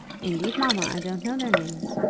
indeed, mamma, i don't know their names.